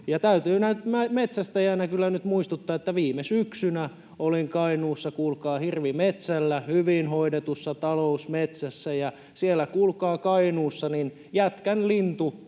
näin metsästäjänä kyllä nyt muistuttaa, että viime syksynä olin Kainuussa kuulkaa hirvimetsällä hyvin hoidetussa talousmetsässä, ja siellä kuulkaa Kainuussa jätkänlintu,